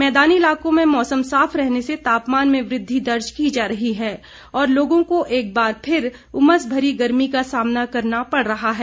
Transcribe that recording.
मैदानी इलाकों में मौसम साफ रहने से तापमान में वृद्वि दर्ज की जा रही है और लोगों को एक बार फिर उमस भरी गर्मी का सामना करना पड़ रहा है